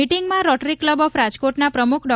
મિટીંગમાં rotary club of રાજકોટના પ્રમુખશ્રી ડો